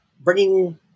bringing